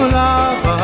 love